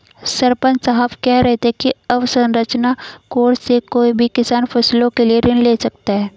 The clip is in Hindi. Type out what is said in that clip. सरपंच साहब कह रहे थे कि अवसंरचना कोर्स से कोई भी किसान फसलों के लिए ऋण ले सकता है